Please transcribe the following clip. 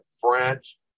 French